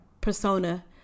persona